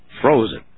frozen